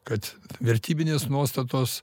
kad vertybinės nuostatos